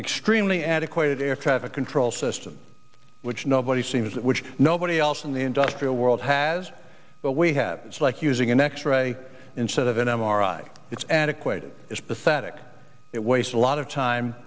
extremely adequate air traffic control system which nobody seems which nobody else in the industrial world has but we have it's like using an x ray instead of an m r i it's adequate it is pathetic it wastes a lot of time